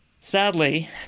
Sadly